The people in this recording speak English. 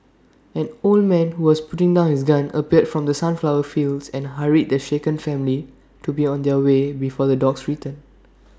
an old man who was putting down his gun appeared from the sunflower fields and hurried the shaken family to be on their way before the dogs return